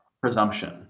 presumption